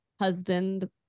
husband